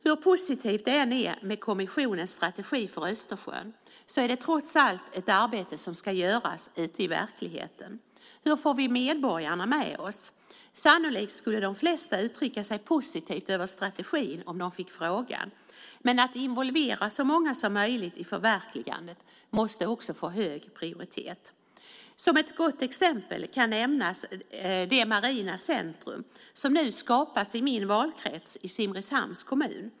Hur positivt det än är med kommissionens strategi för Östersjön är det trots allt ett arbete som ska göras ute i verkligheten. Hur får vi medborgarna med oss? Sannolikt skulle de flesta uttrycka sig positivt över strategin om de fick frågan, men att involvera så många som möjligt i förverkligandet måste också få hög prioritet. Som ett gott exempel kan nämnas det marina centrum som nu skapas i min valkrets i Simrishamns kommun.